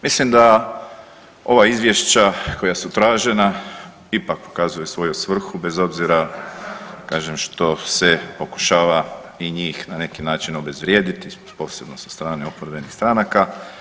Mislim da ova izvješća koja su tražena ipak pokazuju svoju svrhu bez obzira, kažem što se pokušava i njih na neki način obezvrijediti, posebno sa strane oporbenih stranaka.